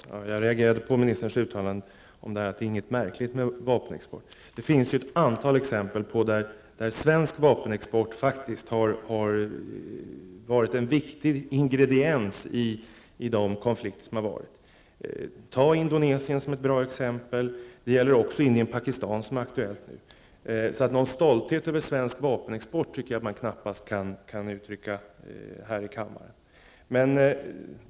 Herr talman! Jag reagerade på ministerns uttalande om att det inte är något märkligt med vapenexport. Det finns ett antal exempel på att svensk vapenexport faktiskt har varit en viktig ingrediens i konflikter. Ta Indonesien som ett bra exempel. Det gäller också Indien--Pakistan, ett exempel som är aktuellt nu. Någon stolthet över svensk vapenexport tycker jag knappast att man kan uttrycka här i kammaren.